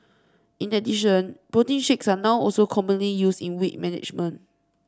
in addition protein shakes are now also commonly used in weight management